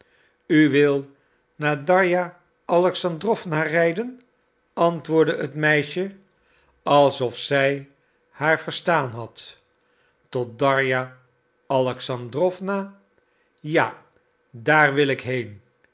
u wil naar darja alexandrowna rijden antwoordde het meisje alsof zij haar verstaan had tot darja alexandrowna ja daar wil ik heen